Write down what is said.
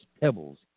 pebbles